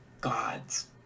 gods